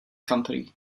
company